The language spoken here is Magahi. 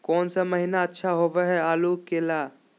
कौन सा महीना अच्छा होइ आलू के ला?